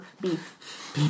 beef